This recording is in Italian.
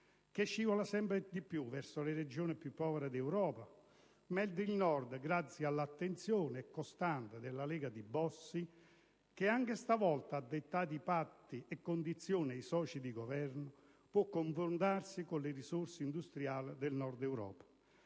che scivola sempre di più verso le Regioni più povere dell'Europa, mentre il Nord, grazie all'attenzione costante della Lega di Bossi, che anche stavolta ha dettato patti e condizioni ai soci di Governo, può confrontarsi con le risorse industriali del Nord Europa.